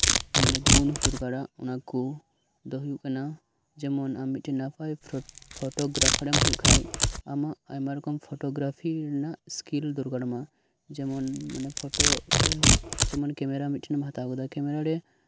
ᱢᱟᱱᱮ ᱜᱩᱱ ᱫᱚᱨᱠᱟᱨᱟ ᱚᱱᱟ ᱠᱚ ᱫᱚ ᱦᱳᱭᱳᱜ ᱠᱟᱱᱟ ᱡᱮᱢᱚᱱ ᱟᱢ ᱢᱤᱫ ᱴᱮᱱ ᱱᱟᱯᱟᱭ ᱯᱷᱳᱴᱳᱜᱨᱟᱯᱷᱟᱨ ᱮᱢ ᱦᱳᱭᱳᱜ ᱠᱷᱟᱱ ᱟᱢᱟᱜ ᱟᱭᱢᱟ ᱨᱚᱠᱚᱢ ᱯᱷᱳᱴᱳᱜᱨᱟᱯᱷᱤ ᱨᱮᱱᱟᱜ ᱥᱠᱤᱞ ᱫᱚᱨᱠᱟᱨᱟᱢᱟ ᱡᱮᱢᱚᱱ ᱢᱟᱱᱮ ᱯᱷᱳᱴᱳ ᱡᱮᱢᱚᱱ ᱠᱮᱢᱮᱨᱟ ᱢᱤᱫ ᱴᱷᱮᱱ ᱮᱢ ᱦᱟᱛᱟᱣ ᱠᱮᱫᱟ ᱠᱮᱢᱮᱨᱟᱨᱮ